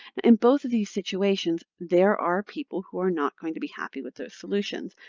in both of these situations, there are people who are not going to be happy with those solutions.